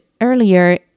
earlier